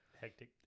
hectic